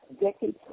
decades